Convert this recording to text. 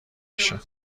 باشه